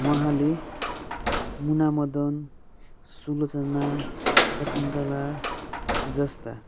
उहाँले मुनामदन सुलोचना शकुन्तला जस्ता